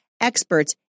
experts